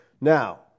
Now